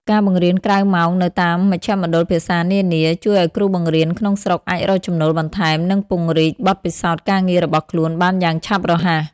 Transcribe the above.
ការបង្រៀនក្រៅម៉ោងនៅតាមមជ្ឈមណ្ឌលភាសានានា ជួយឱ្យគ្រូបង្រៀនក្នុងស្រុកអាចរកចំណូលបន្ថែម និងពង្រីកបទពិសោធន៍ការងាររបស់ខ្លួនបានយ៉ាងឆាប់រហ័ស។